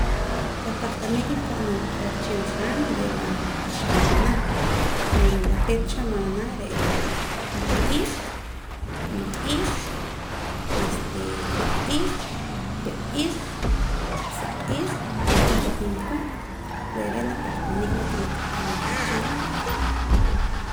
La pahqanik naak ab'anam ta cha wehchin han re' la xamaana bueno la peet xamaana re' la luq'iij maq'iij miq'iij juq'iij b'iq'iij saq'iij y dominko re' re' la pahqanik lo ke naak aq'aram cha wehchin han